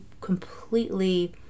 completely